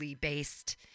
based